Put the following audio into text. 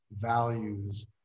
values